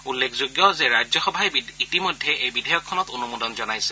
উল্লেখযোগ্য যে ৰাজ্যসভাই ইতিমধ্যে এই বিধেয়কখনত অনুমোদন জনাইছে